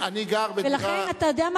אני גר בדירה, לכן, אתה יודע מה?